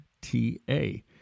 T-A